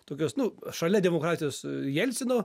tokios nu šalia demokratijos jelcino